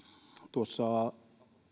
tuossa